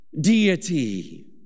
deity